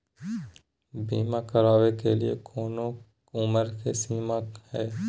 बीमा करावे के लिए कोनो उमर के सीमा है?